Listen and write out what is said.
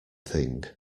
thing